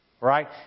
Right